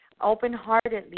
open-heartedly